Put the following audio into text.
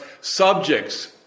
subjects